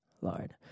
Lord